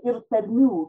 ir tarmių